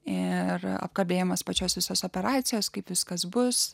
ir apkalbėjimas pačios visos operacijos kaip viskas bus